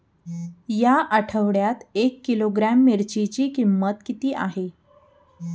या आठवड्यात एक किलोग्रॅम मिरचीची किंमत किती आहे?